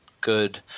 good